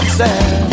sad